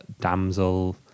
damsel